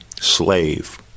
slave